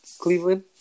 Cleveland